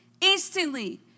instantly